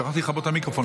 שכחתי לכבות את המיקרופון.